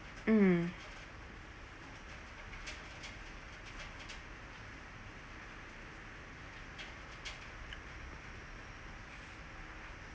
mm